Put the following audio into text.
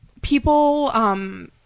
people –